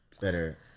better